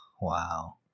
wow